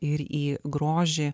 ir į grožį